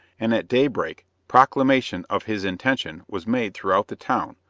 and at daybreak proclamation of his intention was made throughout the town,